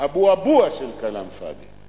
אבו-אבוה של כלאם פאד'י.